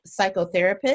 psychotherapist